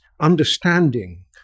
understanding